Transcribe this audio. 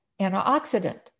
antioxidant